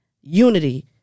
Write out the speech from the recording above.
unity